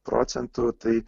procentų tai